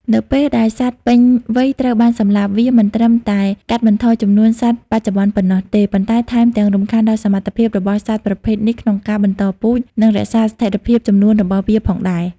នៅពេលដែលសត្វពេញវ័យត្រូវបានសម្លាប់ វាមិនត្រឹមតែកាត់បន្ថយចំនួនសត្វបច្ចុប្បន្នប៉ុណ្ណោះទេ ប៉ុន្តែថែមទាំងរំខានដល់សមត្ថភាពរបស់សត្វប្រភេទនេះក្នុងការបន្តពូជ និងរក្សាស្ថិរភាពចំនួនរបស់វាផងដែរ។